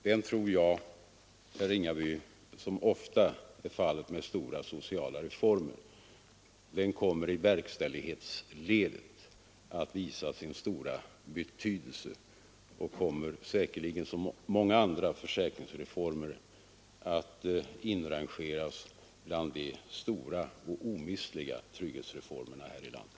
Den tror jag kommer, herr Ringaby, som alltid är fallet med stora sociala reformer, att i verkställighetsledet visa sin stora betydelse. Som många andra sociala försäkringsreformer kommer den att inrangeras bland de stora och omistliga trygghetsreformerna här i landet.